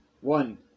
one